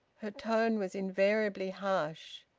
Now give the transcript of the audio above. her tone was invariably harsh.